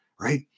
right